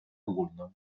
ogólną